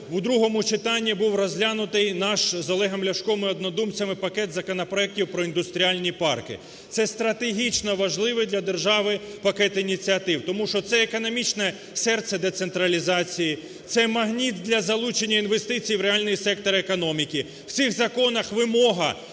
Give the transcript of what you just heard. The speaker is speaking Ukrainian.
в другому читанні був розглянутий наш з Олегом Ляшком і однодумцями пакет законопроектів про індустріальні парки. Це стратегічно важливий для держави пакет ініціатив, тому що це економічне серце децентралізації, це магніт для залучення інвестицій в реальний сектор економіки. В цих законах вимога,